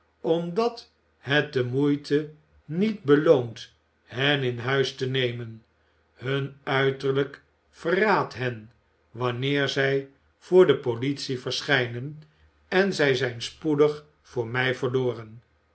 omdat het de moeite niet beloont hen in huis te nemen hun uiterlijk verraadt hen wanneer zij voor de politie verschijnen en zij zijn spoedig voor mij verloren